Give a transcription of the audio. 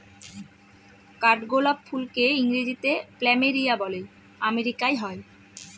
কাঠগোলাপ ফুলকে ইংরেজিতে প্ল্যামেরিয়া বলে আমেরিকায় হয়